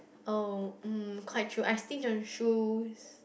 oh mm quite true I think she will choose